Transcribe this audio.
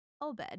Obed